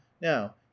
now